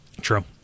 True